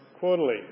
quarterly